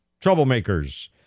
troublemakers